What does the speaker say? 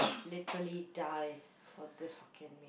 literally die for this Hokkien-Mee